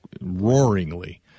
roaringly